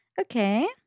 Okay